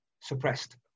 suppressed